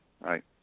Right